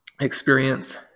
experience